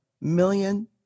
Million